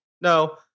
no